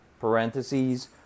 parentheses